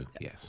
yes